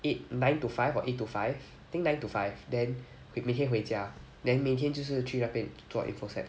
eight nine to five or eight to five think nine to five then 每天回家 then 每天就是去那边做 info sec